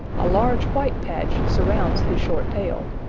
a large white patch surrounds his short tail.